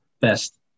best